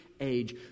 age